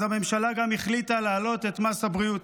אז הממשלה גם החליטה להעלות את מס הבריאות,